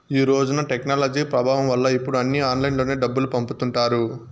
ఈ రోజున టెక్నాలజీ ప్రభావం వల్ల ఇప్పుడు అన్నీ ఆన్లైన్లోనే డబ్బులు పంపుతుంటారు